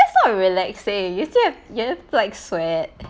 it's not relaxing you still have you will like sweat